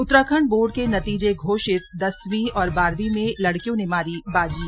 Uttarakhand board के नतीजे घोषित दसवीं और बारहवीं में लड़कियों ने मारी बाजी